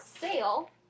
sale